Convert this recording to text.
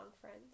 friends